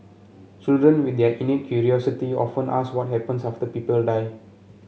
children with their innate curiosity often ask what happens after people die